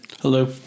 Hello